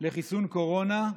לחיסון קורונה,